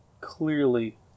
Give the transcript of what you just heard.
clearly